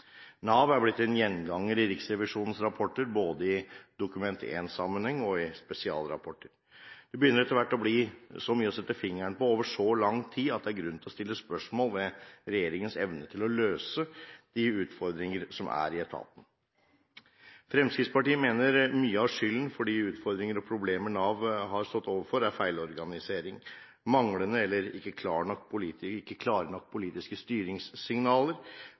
Nav er blitt en gjenganger i Riksrevisjonenes rapporter, både i Dokument 1-sammenheng og i spesialrapporter. Det begynner å bli så mye å sette fingeren på, over så lang tid, at det er grunn til å stille spørsmål ved regjeringens evne til å løse de utfordringene som er i etaten. Fremskrittspartiet mener mye av skylden for de utfordringer og problemer Nav har stått overfor, er feilorganisering, manglende eller ikke klare nok